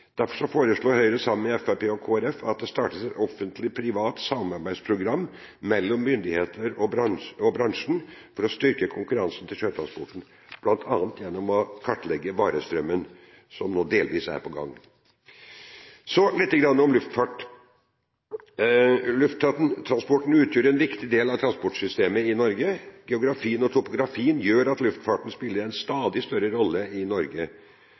Derfor foreslår Høyre, sammen med Fremskrittspartiet og Kristelig Folkeparti, at det startes et offentlig–privat samarbeidsprogram mellom myndigheter og bransje for å styrke konkurransen til sjøtransporten, bl.a. gjennom å kartlegge varestrømmen – som nå delvis er på gang. Så litt om luftfart. Lufttransporten utgjør en viktig del av transportsystemet i Norge. Geografien og topografien gjør at luftfarten spiller en stadig større rolle i Norge